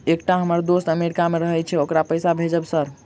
एकटा हम्मर दोस्त अमेरिका मे रहैय छै ओकरा पैसा भेजब सर?